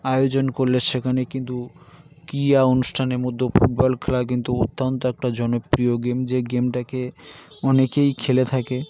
আয়োজন করলে সেখানে কিন্তু কিয়া অনুষ্ঠানেের মধ্যে ফুটবল খেলা কিন্তু অত্যন্ত একটা জনপ্রিয় গেম যে গেমটাকে অনেকেই খেলে থাকে